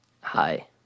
Hi